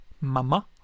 mama